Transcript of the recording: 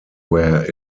where